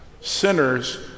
sinners